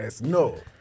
No